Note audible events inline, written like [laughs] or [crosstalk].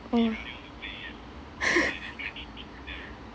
oh [laughs]